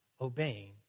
obeying